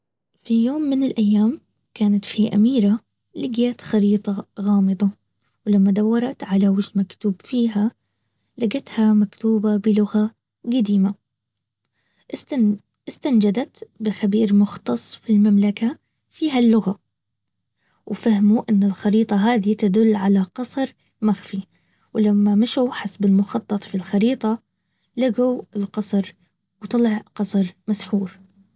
في يوم من الايام كانت في اميرة لقيت خريطة غامضة ولما دورت على وش مكتوب فيها لقتها مكتوبة بلغة قديمة استني- استنجدت بخبير مختص في المملكة في علم اللغة وفهموا ان الخريطة تدل على قصر مخفي. ولما مشوا حسب المخطط في الخريطة لقوا القصر وطلع قصر مسحور